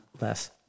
less